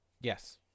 yes